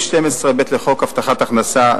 סעיף 12ב בחוק הבטחת הכנסה,